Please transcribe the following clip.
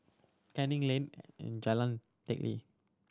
Canning Lane Jalan Teck Lee